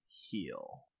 heal